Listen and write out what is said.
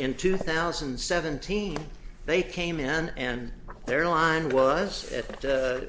in two thousand and seventeen they came in and their line was at the